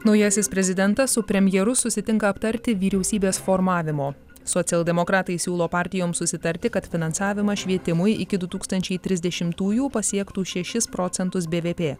naujasis prezidentas su premjeru susitinka aptarti vyriausybės formavimo socialdemokratai siūlo partijoms susitarti kad finansavimas švietimui iki du tūkstančiai trisdešimtųjų pasiektų šešis procentus bvp